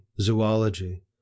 zoology—